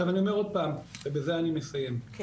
עכשיו אני אומר עוד פעם, ובזה אני מסיים -- כן.